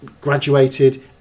graduated